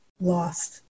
lost